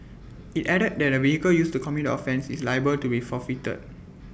IT added that the vehicle used to commit the offence is liable to be forfeited